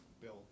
Bill